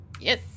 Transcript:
Yes